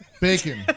bacon